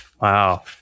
Wow